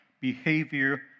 behavior